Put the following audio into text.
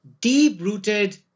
deep-rooted